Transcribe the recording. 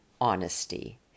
honesty